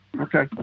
Okay